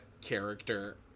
character